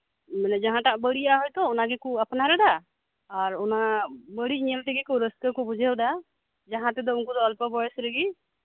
ᱡᱟᱸᱦᱟᱴᱟᱜ ᱵᱟᱹᱲᱤᱡᱟᱜ ᱦᱚᱭᱛᱳ ᱚᱱᱟ ᱜᱮᱠᱳ ᱟᱯᱱᱟᱨ ᱮᱫᱟ ᱟᱨ ᱚᱱᱟ ᱵᱟᱹᱲᱤᱡ ᱧᱮᱞ ᱛᱮᱜᱮ ᱨᱟᱹᱥᱠᱟᱹ ᱠᱚ ᱵᱩᱡᱷᱟᱹᱣ ᱫᱟ ᱡᱟᱸᱦᱟ ᱛᱤᱱᱟᱹᱜ ᱩᱱᱠᱩ ᱫᱚ ᱚᱞᱯᱚ ᱵᱚᱭᱮᱥ ᱨᱮᱜᱮ